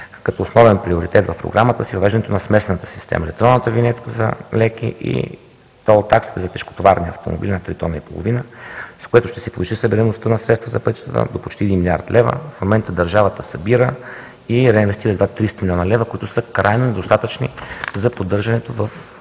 като основен приоритет в програмата си, е въвеждането на смесената система – електронната винетка за леки и тол такси за тежкотоварни автомобили над три тона и половина. С това ще се повиши събираемостта на средствата за пътища до почти 1 млрд. лв. В момента държавата събира и реинвестира едва 300 млн. лв., които са крайно недостатъчни за поддържането в